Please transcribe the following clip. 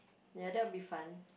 ya that will be fun